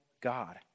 God